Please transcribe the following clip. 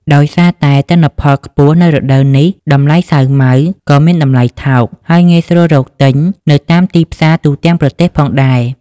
ដោយសារតែទិន្នផលខ្ពស់នៅរដូវនេះ តម្លៃសាវម៉ាវក៏មានតម្លៃថោក ហើយងាយស្រួលរកទិញនៅតាមទីផ្សារទូទាំងប្រទេសផងដែរ។